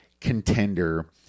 contender